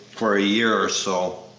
for a year or so.